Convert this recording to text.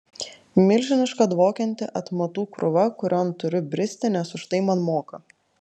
milžiniška dvokianti atmatų krūva kurion turiu bristi nes už tai man moka